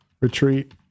retreat